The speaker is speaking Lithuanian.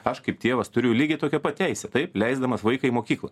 aš kaip tėvas turiu lygiai tokią pat teisę taip leisdamas vaiką į mokyklą